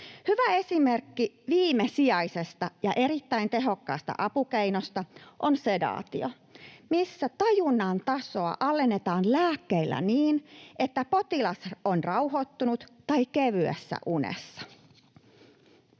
Hyvä esimerkki viimesijaisesta ja erittäin tehokkaasta apukeinosta on sedaatio, missä tajunnan tasoa alennetaan lääkkeillä niin, että potilas on rauhoittunut tai kevyessä unessa.